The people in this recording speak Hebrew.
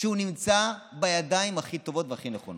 שהם נמצאים בידיים הכי טובות והכי נכונות.